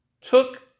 took